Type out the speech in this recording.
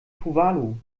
tuvalu